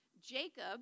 Jacob